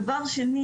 דבר שני